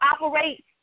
operate